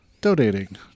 donating